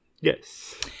Yes